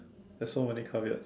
there's so many caveats